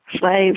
slaves